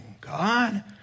God